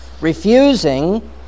refusing